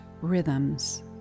rhythms